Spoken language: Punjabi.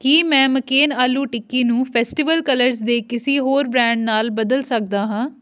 ਕੀ ਮੈਂ ਮਕੇਨ ਆਲੂ ਟਿੱਕੀ ਨੂੰ ਫੈਸਟੀਵਲ ਕਲਰਸ ਦੇ ਕਿਸੀ ਹੋਰ ਬ੍ਰਾਂਡ ਨਾਲ ਬਦਲ ਸਕਦਾ ਹਾਂ